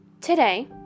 Today